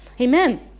Amen